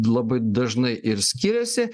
labai dažnai ir skiriasi